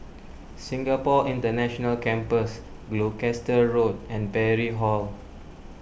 Singapore International Campus Gloucester Road and Parry Hall